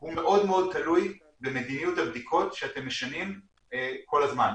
הוא מאוד מאוד תלוי במדיניות הבדיקות שאתם משנים כל הזמן.